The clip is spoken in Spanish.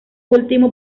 último